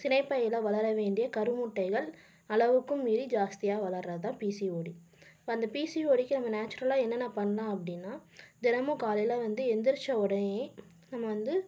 சினைப்பையில் வளர வேண்டிய கருமுட்டைகள் அளவுக்கும் மீறி ஜாஸ்தியாக வளர்றது தான் பிசிஓடி இப்போ அந்த பிசிஓடிக்கு நம்ம நேச்சுரலாக என்னென்ன பண்ணலாம் அப்படீன்னா தினமும் காலையில் வந்து எழுந்திரிச்ச உடனேயே நம்ம வந்து